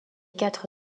quatre